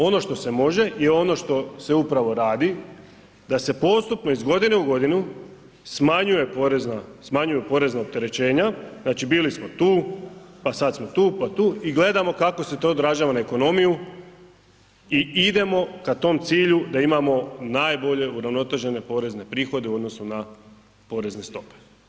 Ono što se može i ono što se upravo radi da se postupno iz godine u godinu smanjuju porezna opterećenja, znači bili smo tu, pa sad smo tu, pa tu i gledamo kako se to odražava na ekonomiju i idemo ka tom cilju da imamo najbolje uravnotežene porezne prihode u odnosu na porezne stope.